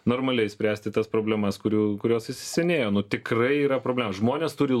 normaliai spręsti tas problemas kurių kurios įsisukinėjo nu tikrai yra problema žmonės turi